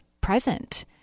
present